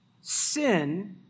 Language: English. Sin